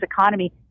economy